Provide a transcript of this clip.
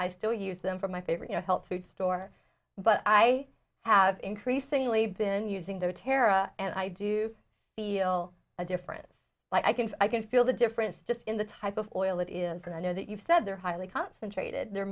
i still use them for my favorite you know health food store but i have increasingly been using their terror and i do feel a difference like i can feel the difference just in the type of oil it is and i know that you've said they're highly concentrated their